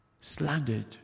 slandered